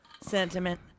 sentiment